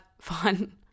fun